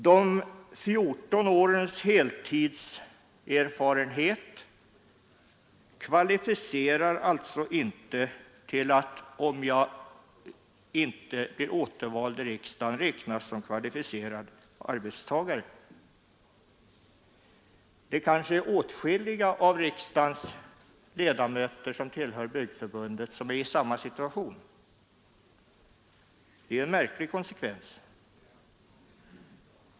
Den erfarenhet jag har fått under de 14 årens heltidsanställning kvalificerar mig alltså inte till att, om jag inte blir återvald till riksdagen, räknas som kvalificerad arbetssökande. Det kanske är åtskilliga av riksdagens ledamöter som tillhör Byggnadsarbetareförbundet och som är i samma situation. Det är en märklig konsekvens.